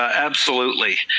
absolutely,